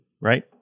Right